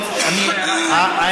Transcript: לא, ברצינות, מה עם רוצח סדרתי?